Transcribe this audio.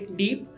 deep